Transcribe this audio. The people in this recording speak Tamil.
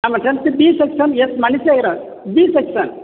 ஆமாம் tenth B section S Manisekaran B section